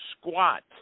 squat